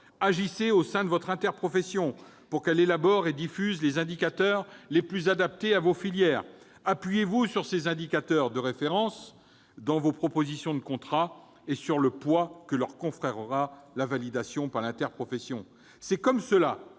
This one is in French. Agissez au sein de votre interprofession pour qu'elle élabore et diffuse les indicateurs les plus adaptés à vos filières. Appuyez-vous sur ces indicateurs de référence dans vos propositions de contrat et sur le poids que leur conférera la validation de l'interprofession. C'est comme cela